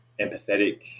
empathetic